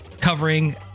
covering